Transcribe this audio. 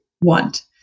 want